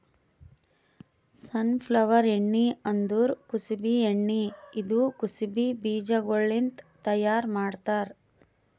safflower ಎಣ್ಣಿ ಅಂದುರ್ ಕುಸುಬಿ ಎಣ್ಣಿ ಇದು ಕುಸುಬಿ ಬೀಜಗೊಳ್ಲಿಂತ್ ತೈಯಾರ್ ಮಾಡ್ತಾರ್